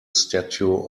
statue